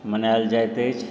मनायल जाइत अछि